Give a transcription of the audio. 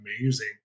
amazing